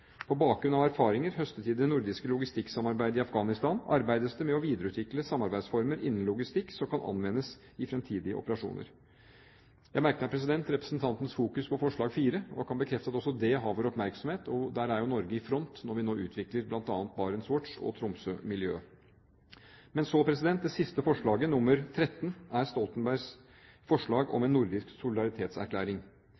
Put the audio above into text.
På bakgrunn av erfaringer høstet i det nordiske logistikksamarbeidet i Afghanistan, arbeides det med å videreutvikle samarbeidsformer innen logistikk som kan anvendes i fremtidige operasjoner. Jeg merker meg representantens fokus på forslag 4, og kan bekrefte at også det har vår oppmerksomhet. Der er Norge i front når vi nå utvikler bl.a. BarentsWatch og Tromsø-miljøet. Det siste forslaget, nr. 13, i Stoltenbergs rapport omhandler en nordisk solidaritetserklæring. Forslaget om en slik erklæring er